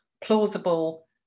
plausible